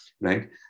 right